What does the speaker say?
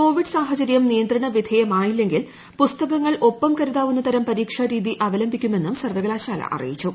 Covid സാഹചര്യം നിയന്ത്രണ വിധേയമായില്ലെങ്കിൽ പുസ്തകങ്ങൾ ഒപ്പം കരുതാവുന്ന തരം പരീക്ഷാരീതി അവലംബിക്കുമെന്നും സർവകലാശാല അറിയിച്ചു